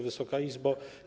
Wysoka Izbo!